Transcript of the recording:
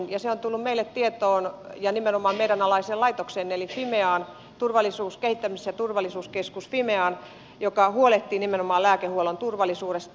se on tullut meille tietoon ja nimenomaan meidän alaiseen laitokseen eli fimeaan kehittämis ja turvallisuuskeskus fimeaan joka huolehtii nimenomaan lääkehuollon turvallisuudesta